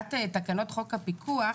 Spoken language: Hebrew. מבחינת תקנות חוק הפיקוח,